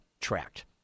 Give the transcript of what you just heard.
tracked